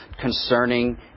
concerning